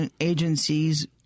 agencies